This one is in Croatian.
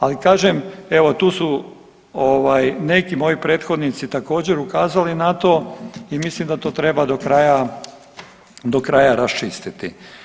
Ali kažem, evo tu su neki moji prethodnici također ukazali na to i mislim da to treba do kraja raščistiti.